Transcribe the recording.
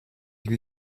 lui